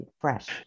fresh